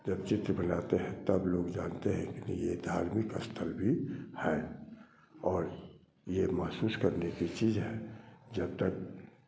जब चित्र बनाते हैं तब लोग जानतें हैं कि यह धार्मिक स्थल भी है और यह महसूस करने की चीज़ है जब तक